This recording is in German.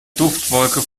duftwolke